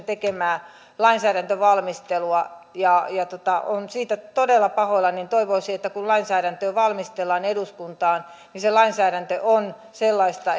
tekemää lainsäädäntövalmistelua ja olen siitä todella pahoillani toivoisi että kun lainsäädäntöä valmistellaan eduskuntaan se lainsäädäntö on sellaista